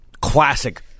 classic